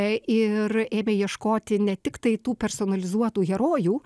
ir ėmė ieškoti ne tiktai tų personalizuotų herojų